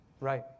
Right